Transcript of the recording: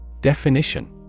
Definition